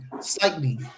slightly